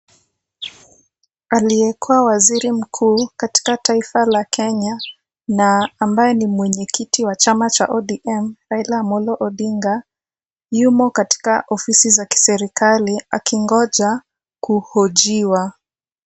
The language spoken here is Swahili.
Aliyekuwa waziri mkuu katika taifa la Kenya na ambaye ni mwenye kiti wa chama cha ODM Raila Amollo Odinga yumo katika ofisi za kiserikali akingoja kuhojiwa.